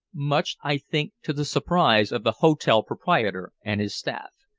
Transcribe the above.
much, i think, to the surprise of the hotel-proprietor and his staff.